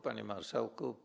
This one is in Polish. Panie Marszałku!